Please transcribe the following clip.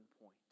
point